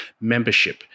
membership